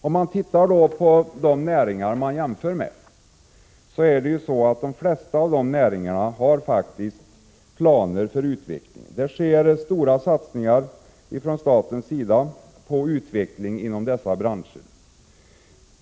Om man tittar på de näringar man jämför med, finner man att de flesta av dem faktiskt har planer för utvecklingen. Staten gör stora satsningar på utveckling inom dessa branscher.